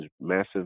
massive